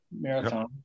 marathon